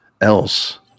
else